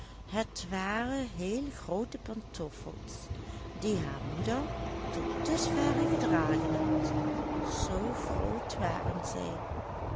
het waren heel groote pantoffels die haar moeder tot dusverre gedragen had zoo groot waren zij